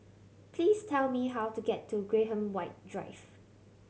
please tell me how to get to Graham White Drive